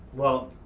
well,